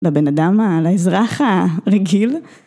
לבן אדם, לאזרח הרגיל